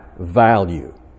value